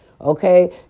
Okay